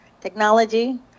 Technology